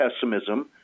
pessimism